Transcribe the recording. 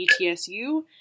ETSU